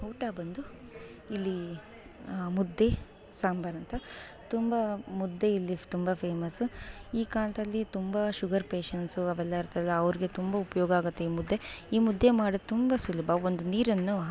ಊಟ ಬಂದು ಇಲ್ಲಿ ಮುದ್ದೆ ಸಾಂಬಾರಂತ ತುಂಬ ಮುದ್ದೆ ಇಲ್ಲಿ ತುಂಬ ಫೇಮಸ್ಸು ಈ ಕಾಲದಲ್ಲಿ ತುಂಬ ಶುಗರ್ ಪೇಶೆಂಟ್ಸು ಅವೆಲ್ಲ ಇರ್ತಾರಲ್ಲ ಅವ್ರಿಗೆ ತುಂಬ ಉಪಯೋಗ ಆಗತ್ತೆ ಈ ಮುದ್ದೆ ಈ ಮುದ್ದೆ ಮಾಡೋದು ತುಂಬ ಸುಲಭ ಒಂದು ನೀರನ್ನು